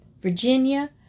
Virginia